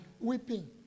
weeping